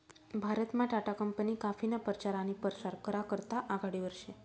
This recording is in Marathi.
भारतमा टाटा कंपनी काफीना परचार आनी परसार करा करता आघाडीवर शे